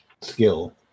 skill